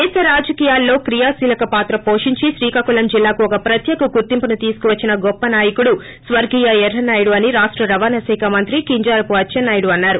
దేశ రాజకీయాల్లో క్రియాశీలక పాత్ర పోషించి శ్రీకాకుళం జిల్లాకు ఒక ప్రత్యేక గుర్తింపును తీసుకువచ్చిన గొప్ప నాయకుడు స్వర్గీయ ఎర్రన్నా యుడు అని రాష్ట రవాణా శాఖ మంత్రి కింజరాపు అచ్చెన్నాయుడు అన్నారు